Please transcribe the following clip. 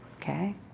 okay